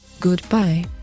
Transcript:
Goodbye